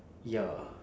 ya